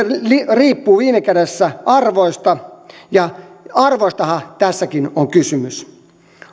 riippuu viime kädessä arvoista ja arvoistahan tässäkin on kysymys